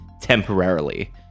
temporarily